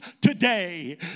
today